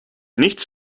nichts